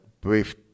brief